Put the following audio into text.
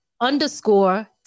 underscore